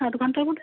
আধ ঘন্টার মধ্যে